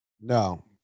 No